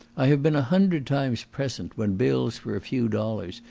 i have been a hundred times present when bills for a few dollars,